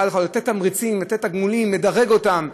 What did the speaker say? לתת תמריצים, לתת תגמולים, לדרג אותם,